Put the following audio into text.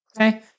okay